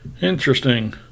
Interesting